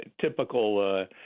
typical